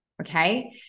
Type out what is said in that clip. Okay